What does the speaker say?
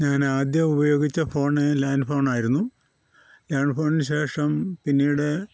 ഞാൻ ആദ്യം ഉപയോഗിച്ച ഫോണ് ലാന്റ് ഫോണായിരുന്നു ലാന്റ് ഫോണിന് ശേഷം പിന്നീട്